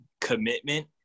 commitment